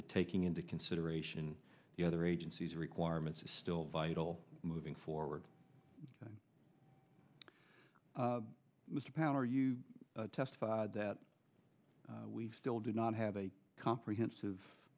that taking into consideration the other agencies requirements is still vital moving forward mr power you testified that we still do not have a comprehensive